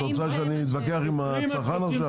את רוצה שאני אתווכח עם הצרכן עכשיו?